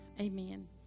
Amen